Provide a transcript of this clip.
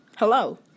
Hello